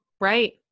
Right